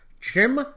Jim